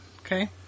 Okay